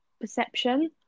perception